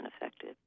effective